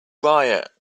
riot